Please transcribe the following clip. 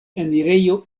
enirejo